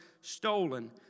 stolen